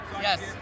Yes